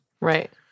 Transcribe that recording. Right